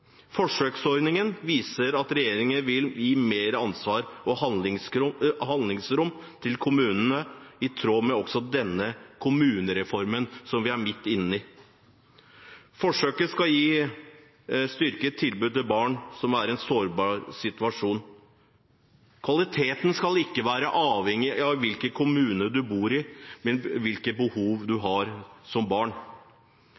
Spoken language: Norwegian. Forsøksordningen viser at regjeringen vil gi mer ansvar og handlingsrom til kommunene, også i tråd med den kommunereformen som vi er midt inne i. Forsøket skal gi et styrket tilbud til barn som er i en sårbar situasjon. Kvaliteten skal ikke være avhengig av hvilken kommune en bor i, men av hvilket behov en har som barn.